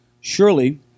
Surely